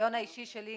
ומהניסיון האישי שלי,